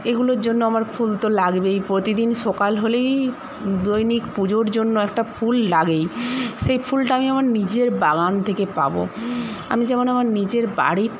এগুলোর জন্য আমার ফুলতো লাগবেই প্রতিদিন সকাল হলেই দৈনিক পুজোর জন্য একটা ফুল লাগেই সেই ফুলটা আমি আমার নিজের বাগান থেকে পাবো আমি যেমন আমার নিজের বাড়ির